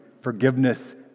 forgiveness